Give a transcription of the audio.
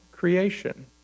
creation